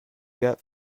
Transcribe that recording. got